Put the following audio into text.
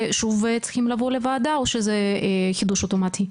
שוב הם צריכים לבוא לוועדה או שזה חידוש אוטומטי?